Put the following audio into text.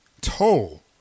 toll